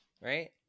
right